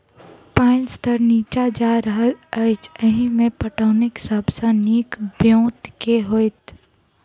पानि स्तर नीचा जा रहल अछि, एहिमे पटौनीक सब सऽ नीक ब्योंत केँ होइत?